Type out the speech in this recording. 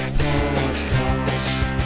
podcast